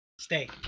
Stay